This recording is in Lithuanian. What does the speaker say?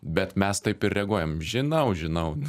bet mes taip ir reaguojam žinau žinau